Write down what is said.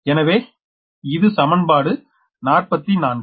எனவே இது சமன்பாடு 44